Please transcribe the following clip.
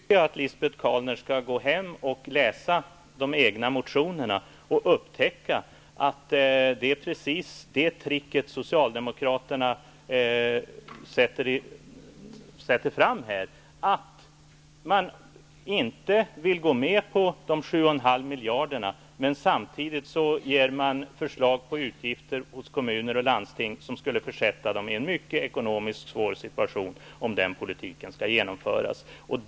Herr talman! Då tycker jag att Lisbet Calner skall gå hem och läsa de egna motionerna och upptäcka de tricks som Socialdemokraterna utför. Man vill inte gå med på indragning av de 7,5 miljarderna. Samtidigt lägger man fram förslag till utgifter för kommuner och landsting som, om den politiken genomfördes, skulle försätta dem i en mycket svår ekonomisk situation.